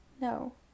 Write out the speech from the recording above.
No